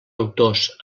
autors